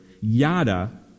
yada